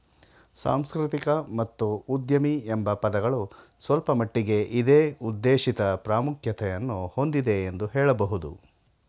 ಸಾಂಸ್ಕೃತಿಕ ಮತ್ತು ಉದ್ಯಮಿ ಎಂಬ ಪದಗಳು ಸ್ವಲ್ಪಮಟ್ಟಿಗೆ ಇದೇ ಉದ್ದೇಶಿತ ಪ್ರಾಮುಖ್ಯತೆಯನ್ನು ಹೊಂದಿದೆ ಎಂದು ಹೇಳಬಹುದು